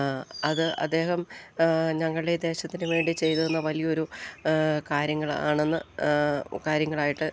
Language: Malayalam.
അത് അദ്ദേഹം ഞങ്ങളുടെ ദേശത്തിന് വേണ്ടി ചെയ്തുതന്ന വലിയൊരു കാര്യങ്ങളാണെന്ന് കാര്യങ്ങളായിട്ട്